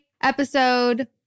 episode